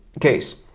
case